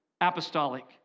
apostolic